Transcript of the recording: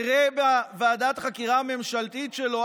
יראה בוועדת החקירה הממשלתית שלו,